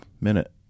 minute